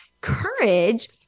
courage